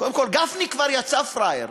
קודם כול, גפני כבר יצא פראייר.